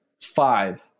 five